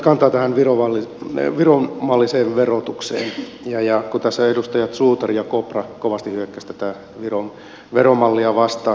otan nyt kantaa tähän viron malliseen verotukseen kun tässä edustajat suutari ja kopra kovasti hyökkäsivät tätä viron veromallia vastaan